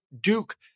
Duke